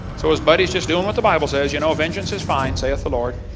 so his buddy is just doing what the bible says, you know vengeance is fine sayeth the lord.